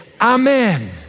amen